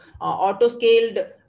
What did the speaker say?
auto-scaled